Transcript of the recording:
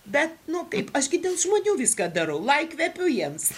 bet nu kaip aš gi dėl žmonių viską darau lai kvepiu jiems